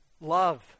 Love